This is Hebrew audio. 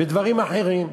בדברים אחרים,